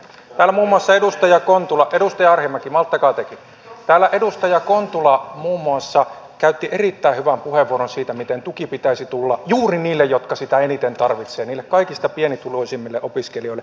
täällä muun muassa edustaja kontula edustaja arhinmäki malttakaa tekin täällä edustaja kun tuloa muun muassa käytti erittäin hyvän puheenvuoron siitä miten tuen pitäisi tulla juuri niille jotka sitä eniten tarvitsevat niille kaikista pienituloisimmille opiskelijoille